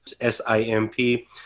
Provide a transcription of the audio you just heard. S-I-M-P